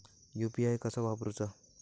UPI कसा वापरूचा?